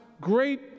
great